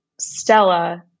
Stella